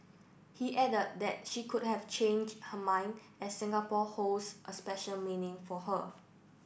he added that she could have changed her mind as Singapore holds a special meaning for her